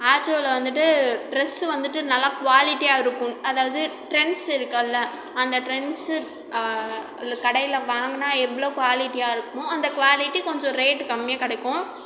ஆஜியோவில் வந்துட்டு டிரஸ்ஸு வந்துட்டு நல்லா குவாலிட்டியாக இருக்கும் அதாவது ட்ரெண்ட்ஸ் இருக்குல்ல அந்த ட்ரெண்ட்ஸ்ஸு கடையில் வாங்கினா எவ்வளோ குவாலிட்டியாக இருக்குமோ அந்த குவாலிட்டி கொஞ்சம் ரேட்டு கம்மியாக கிடைக்கும்